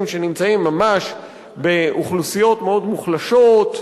שנמצאים ממש באוכלוסיות מאוד מוחלשות,